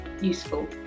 useful